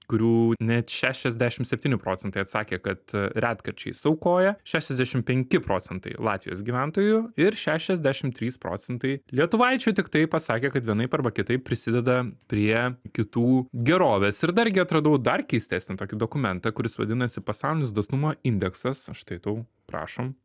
kurių net šešiasdešim septyni procentai atsakė kad retkarčiais aukoja šešiasdešim penki procentai latvijos gyventojų ir šešiasdešim trys procentai lietuvaičių tiktai pasakė kad vienaip arba kitaip prisideda prie kitų gerovės ir dargi atradau dar keistesni tokį dokumentą kuris vadinasi pasaulinis dosnumo indeksas štai tau prašom